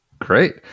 great